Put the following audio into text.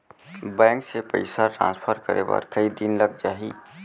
Bank से पइसा transfer करे बर कई दिन लग जाही?